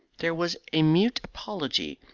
there was a mute apology,